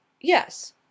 Yes